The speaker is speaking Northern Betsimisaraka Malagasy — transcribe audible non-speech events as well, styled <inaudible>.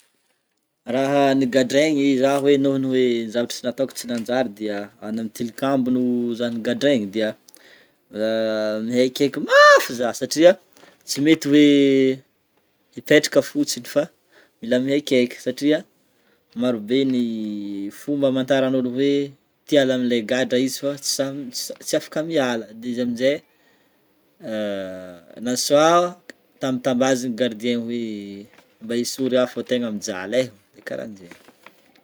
Raha nigadraigny hoe zaho nohon'ny hoe zavatra nataoko tsy najary de any amin'ny tilikambo no zah nigadraigny dia <hesitation> mihaikihaiky mafy zah satria tsy mety hoe hipetraka fotsiny fa mila mihaikihaiky satria maro be ny <hesitation> fomba hamantaran'ny olo hoe te hiala amin'ny le gadra izy fa tsy sa- <hesitation> ts- tsy afaka miala de izy amin'jay <hesitation> na soit tambatambazana gardien hoe mba esory aho fa tegna mijaly e de karahan'jegny.